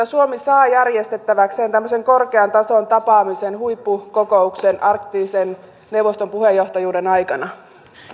suomi saa järjestettäväkseen tämmöisen korkean tason tapaamisen huippukokouksen arktisen neuvoston puheenjohtajuuden aikana